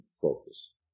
focus